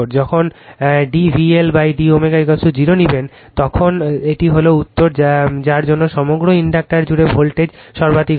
যখন d VLd ω0 নিবেন তখন এটি হল উত্তর যার জন্য সমগ্র ইন্ডাক্টর জুড়ে ভোল্টেজ সর্বাধিক হবে